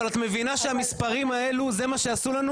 האם את מבינה שהמספרים האלה זה מה שנתנו לנו?